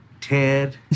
Ted